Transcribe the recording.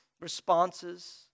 responses